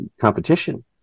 competition